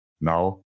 now